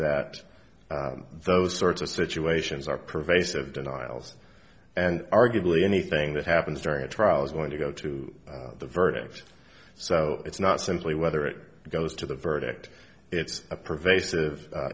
that those sorts of situations are pervasive denials and arguably anything that happens during a trial is going to go to the verdict so it's not simply whether it goes to the verdict it's a pervasive